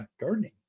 gardening